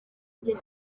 njye